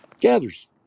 gathers